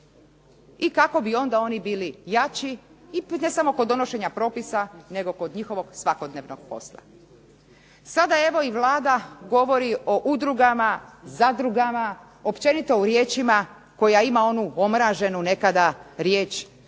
i kako bi onda oni bili jači ne samo kod donošenja propisa nego kod njihovog svakodnevnog posla. Sada evo i Vlada govori o udrugama, zadrugama, općenito u riječima koja ima onu omraženu nekada riječ za ovu vlast